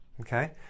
Okay